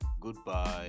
goodbye